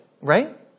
Right